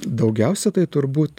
daugiausi tai turbūt